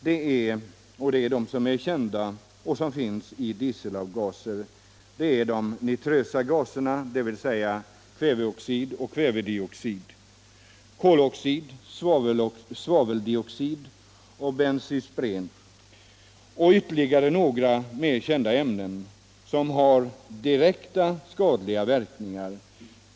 De ämnen som är bäst kända och som finns i dieselavgaser är de s.k. nitrösa gaserna, dvs. kväveoxid, kvävedioxid, koloxid. svaveldioxid, benspyren och ytterligare några som har direkt skadliga verkningar.